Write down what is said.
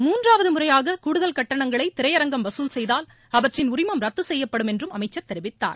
மூன்றாவது முறையாக கூடுதல் கட்டணங்களை திரையரங்கம் வசூல் செய்தால் அவற்றின் உரிமம் ரத்து செய்யப்படும் என்றும் அமைச்சர் தெரிவித்தார்